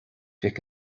mhic